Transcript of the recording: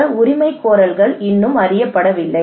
இந்த உரிமைகோரல்கள் இன்னும் அறியப்படவில்லை